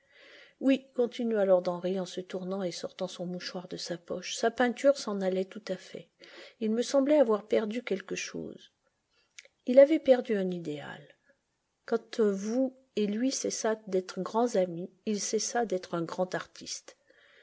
oui continua lord henry en se tournant et sortant son mouchoir de sa poche sa peinture s'en allait tout à fait il me semblait avoir perdu quelque chose il avait perdu un idéal quand vous et lui cessâtes d'être grands amis il cessa d'être un grand artiste